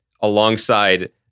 alongside